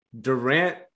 Durant